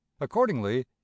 accordingly